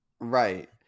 Right